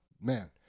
man